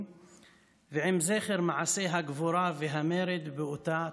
ועם זכר מעשי הגבורה והמרד באותה תקופה.